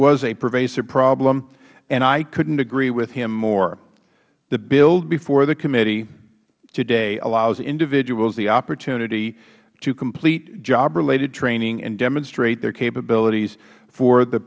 was a pervasive problem i couldnt agree with him more the bill before the committee today allows individuals the opportunity to complete job related training and to demonstrate their capabilities for the